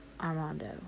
Armando